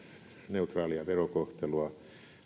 neutraalia verokohtelua